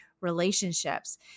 relationships